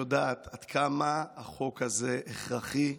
שיודעת עד כמה החוק הזה הכרחי,